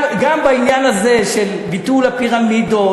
גם בעניין הזה של ביטול הפירמידות,